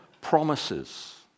promises